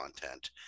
content